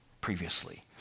previously